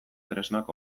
tresnak